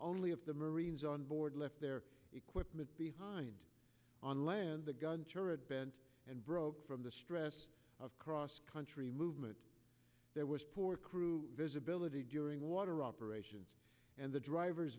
only if the marines on board left their equipment behind on land the gun turret bent and broke from the stress of cross country movement there was poor crew visibility during water operations and the drivers